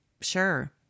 sure